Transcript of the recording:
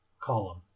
column